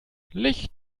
licht